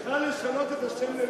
את צריכה לשנות את השם ללפיד.